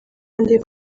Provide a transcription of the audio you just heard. abandi